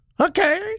Okay